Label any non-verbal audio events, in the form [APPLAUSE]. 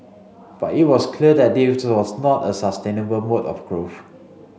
but it was clear that [UNINTELLIGIBLE] was not a sustainable mode of growth